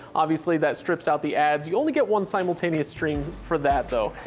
obviously that strips out the ads, you only get one simultaneous stream for that though,